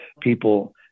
people